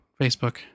Facebook